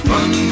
Run